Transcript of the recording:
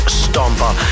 stomper